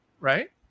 right